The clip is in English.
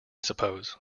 suppose